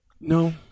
No